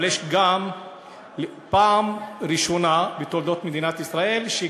אבל בפעם הראשונה בתולדות מדינת ישראל גם